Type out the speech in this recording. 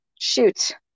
Shoot